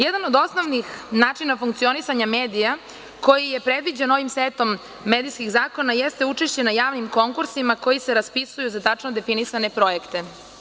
Jedan od osnovnih načina funkcionisanja medija, koji je predviđen ovim setom medijskih zakona jeste učešće na javnim konkursima, koji se raspisuju za tačno definisane projekte.